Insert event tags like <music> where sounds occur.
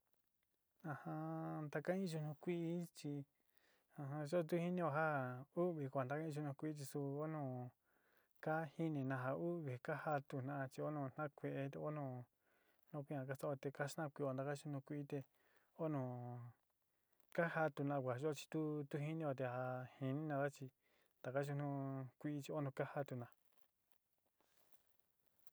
<hesitation> ntaka iyo nu kuí chi <hesitation> yóo tu jinío ja u'úvi kuenta in yunu kuí chi su óó nu ka jini najaa u'uvi ka jatu ji na'a choo nu na kue'e tu'ó nu nu kuian ka sao te kasta'antu ntaka nu kuí te óó nu ka jatu na'awa yó chi tu tu jinío te ja jini nava chi taka yunu kuí cho oó nu ka jatuna.